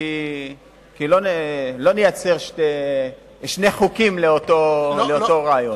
כי לא נייצר שני חוקים לאותו רעיון.